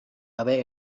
gabe